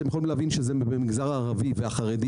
אתם יכולים להבין שזה בעיקר מהמגזר הערבי והחרדי,